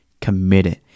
committed